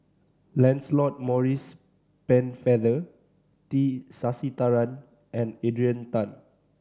Lancelot Maurice Pennefather T Sasitharan and Adrian Tan